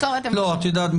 לא את יודעת,